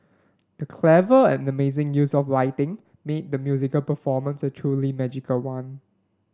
the clever and amazing use of lighting made the musical performance a truly magical one